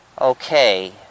okay